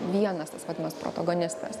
vienas tas vadinamas protagonistas